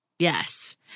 Yes